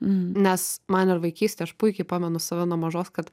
nes man ir vaikystėj aš puikiai pamenu save nuo mažos kad